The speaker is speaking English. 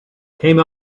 came